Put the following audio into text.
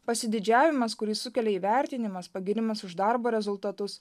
pasididžiavimas kurį sukelia įvertinimas pagyrimas už darbo rezultatus